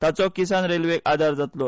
ताचो किसान रेल्वेक आदार जातलो